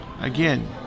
Again